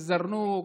א-זרנוק,